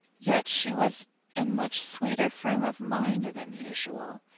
yet she was in much sweeter frame of mind than usual.